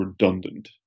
redundant